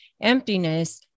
emptiness